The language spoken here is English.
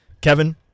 Kevin